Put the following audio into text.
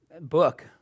book